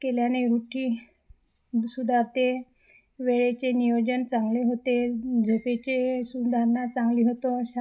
केल्याने रुठी सुधारते वेळेचे नियोजन चांगले होते झोपेचे सुधारणा चांगली होतो अशा